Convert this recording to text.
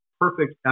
perfect